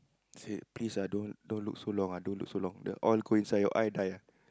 said please ah don't look so long ah don't look so long the oil go inside your eye die ah